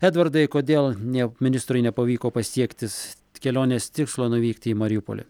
edvardai kodėl ne ministrui nepavyko pasiekti s kelionės tikslo nuvykti į mariupolį